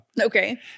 Okay